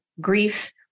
grief